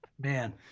man